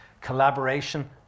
Collaboration